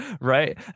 Right